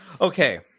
Okay